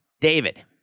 David